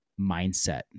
mindset